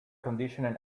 conditioning